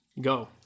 go